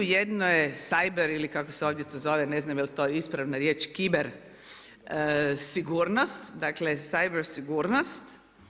Jedno je cyber ili kako se to ovdje zove, ne znam je li to ispravna riječ kiber sigurnost, dakle cyber sigurnost.